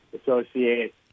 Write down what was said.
associate